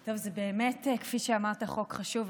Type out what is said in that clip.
זה באמת, כפי שאמרת, חוק חשוב.